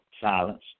silence